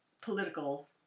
political